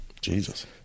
Jesus